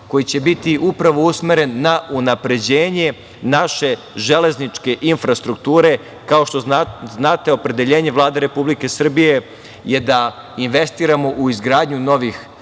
koji će biti upravo usmeren na unapređenje naše železničke infrastrukture. Kao što znate, opredeljenje Vlade Republike Srbije je da investiramo u izgradnju novih autoputeva,